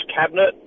cabinet